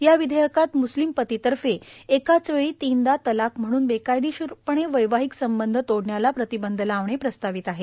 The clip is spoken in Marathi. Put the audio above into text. या विधेयकात मुस्लीम पतीतर्फे एकाचवेळी तीनदा तलाक म्हणून बेकायदेशीर पणे वैवाहिक संबंध तोडण्याला प्रतिबंध लावणे प्रस्तावित आहे